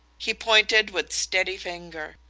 he pointed with steady finger.